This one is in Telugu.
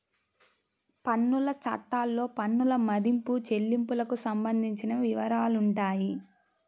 పన్నుల చట్టాల్లో పన్నుల మదింపు, చెల్లింపులకు సంబంధించిన వివరాలుంటాయి